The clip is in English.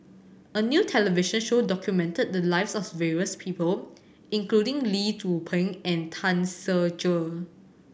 a new television show documented the lives of various people including Lee Tzu Pheng and Tan Ser Cher